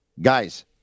guys